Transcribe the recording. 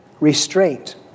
restraint